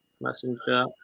Messenger